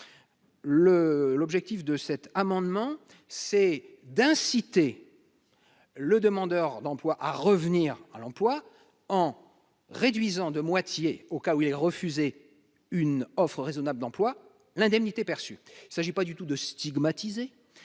l'objectif de cet amendement, c'est d'inciter le demandeur d'emploi à revenir à l'emploi en réduisant de moitié au cas où les refuser une offre raisonnable d'emploi l'indemnité perçue ça agit pas du tout de stigmatiser,